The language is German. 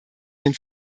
den